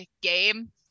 game